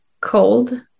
cold